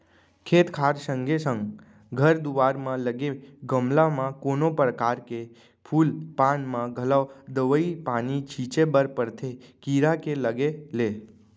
खेत खार संगे संग घर दुवार म लगे गमला म कोनो परकार के फूल पान म घलौ दवई पानी छींचे बर परथे कीरा के लगे ले